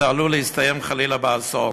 זה עלול להסתיים חלילה באסון.